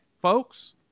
folks